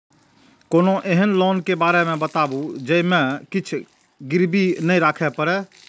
कोनो एहन लोन के बारे मे बताबु जे मे किछ गीरबी नय राखे परे?